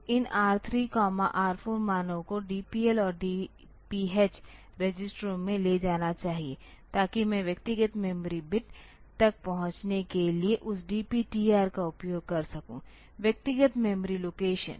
तो इन R3 R4 मानों को DPL और DPH रजिस्टरों में ले जाना चाहिए ताकि मैं व्यक्तिगत मेमोरी बिट तक पहुंचने के लिए उस DPTR का उपयोग कर सकूं व्यक्तिगत मेमोरी लोकेशन